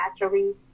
naturally